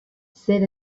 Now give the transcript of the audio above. zer